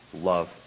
love